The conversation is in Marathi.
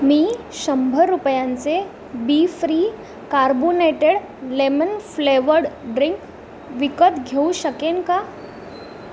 मी शंभर रुपयांचे बी free carbonated lemon flavoured drink विकत घेऊ शकेन का